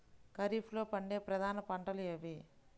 ఖరీఫ్లో పండే ప్రధాన పంటలు ఏవి?